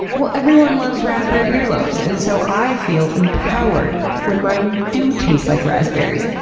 well, everyone loves raspberry earlobes! and so, i feel empowered when mine do taste like raspberries.